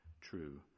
true